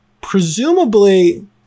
presumably